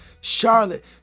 Charlotte